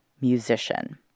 musician